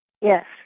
Yes